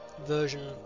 version